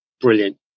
Brilliant